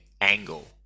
angle